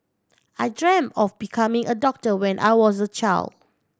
I dreamt of becoming a doctor when I was a child